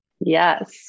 Yes